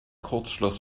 kurzschluss